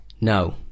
no